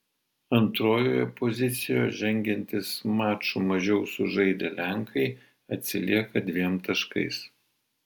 antrojoje pozicijoje žengiantys maču mažiau sužaidę lenkai atsilieka dviem taškais